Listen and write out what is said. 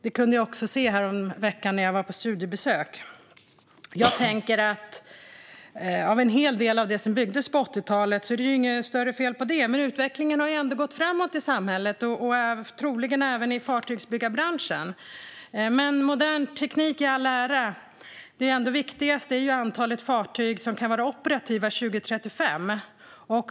Det kunde jag också se häromveckan när jag var på studiebesök. Det är inte något större fel på en hel del av det som byggdes på 80-talet, men utvecklingen i samhället har ändå gått framåt, troligen även i fartygsbyggarbranschen. Modern teknik i all ära - det viktigaste är ändå antalet fartyg som kan vara operativa 2035.